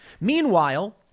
Meanwhile